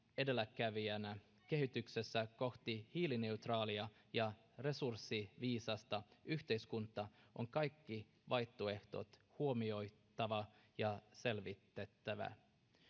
edelläkävijänä kehityksessä kohti hiilineutraalia ja resurssiviisasta yhteiskuntaa on kaikki vaihtoehdot huomioitava ja selvitettävä